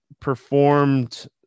performed